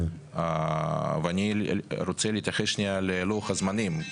אני רוצה להתייחס ללוח הזמנים.